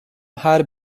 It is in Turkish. her